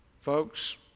Folks